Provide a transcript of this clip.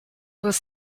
was